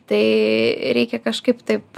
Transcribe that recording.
tai reikia kažkaip taip